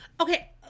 Okay